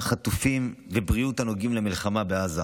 החטופים והבריאות הנוגעים למלחמה בעזה.